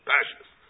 Pashas